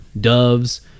doves